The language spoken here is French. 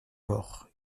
mort